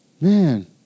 Man